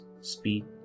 speed